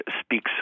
speaks